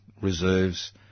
reserves